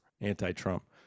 anti-Trump